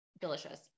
Delicious